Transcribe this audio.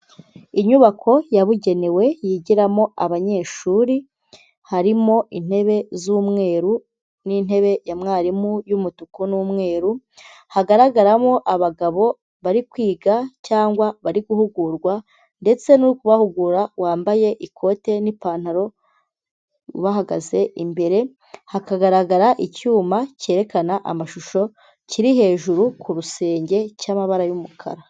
Inyubako yabugenewe yigiramo abanyeshuri, harimo intebe z'umweru n'intebe ya mwarimu y'umutuku n'umweru, hagaragaramo abagabo bari kwiga cyangwa bari guhugurwa ndetse n'uri kubahugura wambaye ikote n'ipantaro ubahagaze imbere, hakagaragara icyuma cyerekana amashusho kiri hejuru ku rusenge cy'amabara y'umukara.